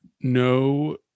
no